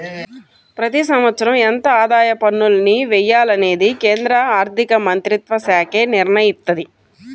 ప్రతి సంవత్సరం ఎంత ఆదాయ పన్నుల్ని వెయ్యాలనేది కేంద్ర ఆర్ధికమంత్రిత్వశాఖే నిర్ణయిత్తది